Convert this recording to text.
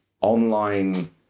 online